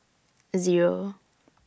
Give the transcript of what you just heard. Zero